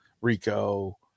Rico